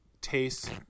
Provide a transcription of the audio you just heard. taste